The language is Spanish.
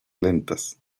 lentas